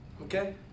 Okay